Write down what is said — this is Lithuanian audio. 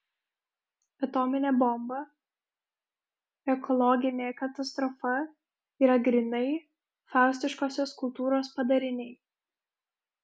atominė bomba ekologinė katastrofa yra grynai faustiškosios kultūros padariniai